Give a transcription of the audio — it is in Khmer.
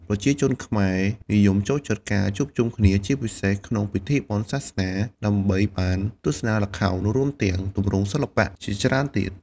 ប្រជាជនខ្មែរនិយមចូលចិត្តការជួបជុំគ្នា ជាពិសេសក្នុងពិធីបុណ្យសាសនា ដើម្បីបានទស្សនាល្ខោន រួមទាំងទម្រង់សិល្បៈជាច្រើនទៀត។